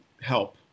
help